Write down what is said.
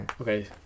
Okay